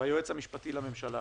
והיועץ המשפטי לממשלה